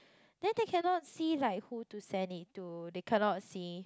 then they cannot see like who to send it to they cannot see